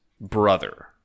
brother